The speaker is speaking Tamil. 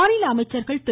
மாநில அமைச்சர்கள் திரு